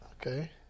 Okay